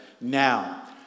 now